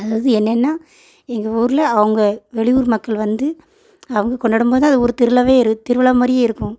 அதாவது என்னென்னா எங்கள் ஊரில் அவங்க வெளியூர் மக்கள் வந்து அவங்க கொண்டாடும் போது அது ஊர் திருவிழாவே திருவிழா மாதிரியே இருக்கும்